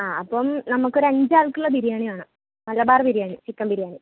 ആ അപ്പം നമുക്കൊരു അഞ്ചാൾക്കുള്ള ബിരിയാണി വേണം മലബാർ ബിരിയാണി ചിക്കൻ ബിരിയാണി